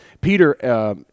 Peter